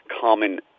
common